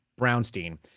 Brownstein